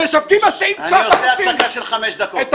המשווקים עושים 9,000. אני עושה הפסקה של חמש דקות.